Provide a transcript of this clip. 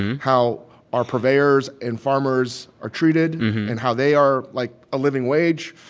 and how our purveyors and farmers are treated and how they are, like, a living wage,